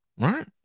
Right